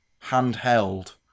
handheld